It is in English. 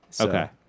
Okay